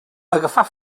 agafar